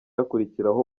hakurikiraho